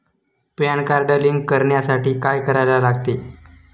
Pan card link करण्यासाठी काय करायला लागते?